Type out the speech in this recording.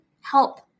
Help